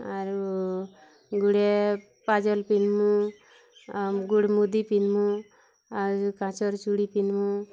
ଆରୁ ଗୁଡ଼େ ପାଜଲ୍ ପିନ୍ଧ୍ମୁଁ ଆଉ ଗୁଡ଼୍ ମୁଦି ପିନ୍ଧ୍ମୁଁ ଆଉ କାଚର ଚୁଡ଼ି ପିନ୍ଧ୍ମୁଁ